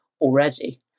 already